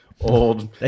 old